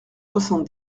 soixante